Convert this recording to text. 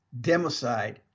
democide